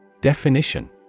Definition